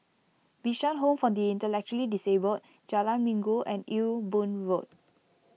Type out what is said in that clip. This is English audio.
Bishan Home for the Intellectually Disabled Jalan Minggu and Ewe Boon Road